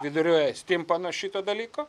viduriuoja stimpa nuo šito dalyko